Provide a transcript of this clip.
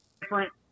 different